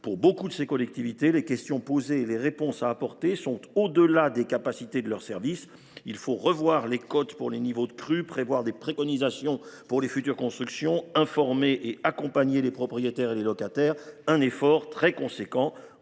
Pour beaucoup de ces collectivités, les questions posées et les réponses à apporter sont au delà des capacités de leurs services : il faut revoir les cotes pour les niveaux de crues, prévoir des préconisations pour les futures constructions, informer et accompagner les propriétaires et les locataires… Tout cela représente